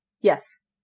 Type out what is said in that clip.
Yes